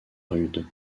rude